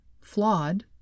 flawed